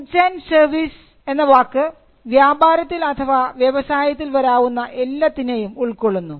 goods and services എന്ന വാക്ക് വ്യാപാരത്തിൽ അഥവാ വ്യവസായത്തിൽ വരാവുന്ന എല്ലാത്തിനെയും ഉൾക്കൊള്ളുന്നു